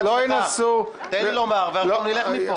ינסו --- תן לי לומר ואנחנו נלך מפה.